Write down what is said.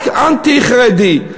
רק אנטי-חרדי.